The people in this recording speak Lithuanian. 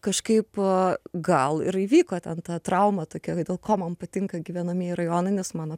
kažkaip gal ir įvyko ten ta trauma tokia kad dėl ko man patinka gyvenamieji rajonai nes mano